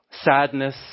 sadness